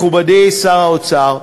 מכובדי שר האוצר,